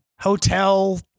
hotel